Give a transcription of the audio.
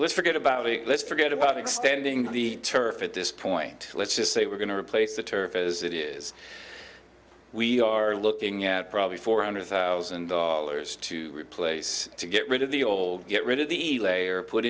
let's forget about it let's forget about extending the turf at this point let's just say we're going to replace the turf as it is we are looking at probably four hundred thousand dollars to replace to get rid of the old get rid of the layer put